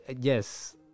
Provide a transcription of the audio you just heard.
yes